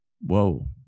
whoa